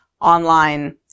online